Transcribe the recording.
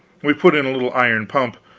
we put in a little iron pump,